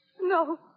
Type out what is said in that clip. No